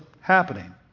happening